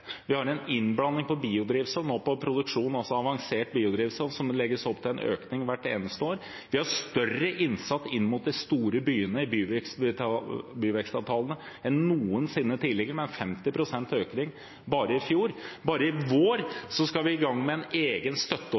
avansert biodrivstoff, en produksjon som det nå legges opp til en økning av hvert eneste år. Vi har større innsats inn mot de store byene i byvekstavtalene enn noensinne tidligere – 50 pst. økning bare i fjor. Bare i vår skal vi i gang med en egen